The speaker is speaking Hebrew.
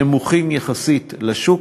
הנמוכים יחסית לשוק,